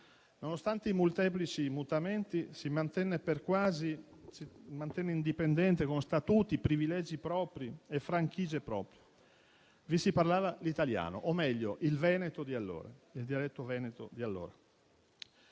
Nonostante i molteplici mutamenti, si mantenne indipendente con statuti, privilegi e franchigie propri. Vi si parlava l'italiano o, meglio, il dialetto veneto di allora.